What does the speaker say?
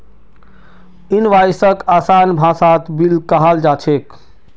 इनवॉइसक आसान भाषात बिल कहाल जा छेक